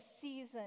season